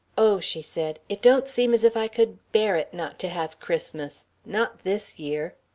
oh, she said, it don't seem as if i could bear it not to have christmas not this year.